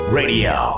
radio